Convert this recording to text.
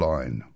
Line